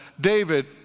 David